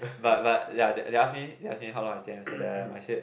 but but ya they asked me they asked me how long I stay in Amsterdam I said